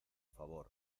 favor